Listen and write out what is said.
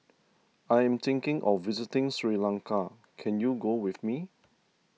I am thinking of visiting Sri Lanka can you go with me